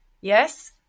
yes